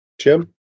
Jim